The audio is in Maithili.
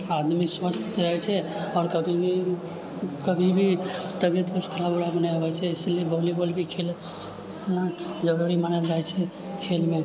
आदमी स्वस्थ रहै छै आओर कभी भी तबियत किछु खराब उराब नहि होइ छै इसलिए वालीबॉल भी खेल जरूरी मानल जाइ छै खेलमे